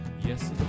Yes